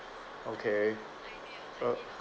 okay oh